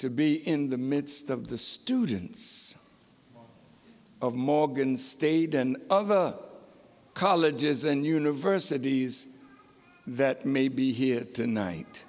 to be in the midst of the students of morgan state and of a colleges and universities that may be here tonight